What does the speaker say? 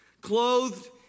Clothed